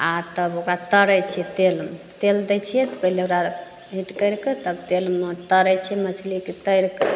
आओर तब ओकरा तरै छिए तेलमे तेल दै छिए पहिले ओकरा हीट करिके तब तेलमे तरै छिए मछलीके तरिके तऽ